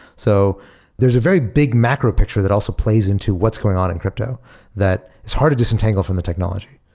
so there's a very big macro picture that also plays into what's going on in crypto that it's hard to disentangle from the technology.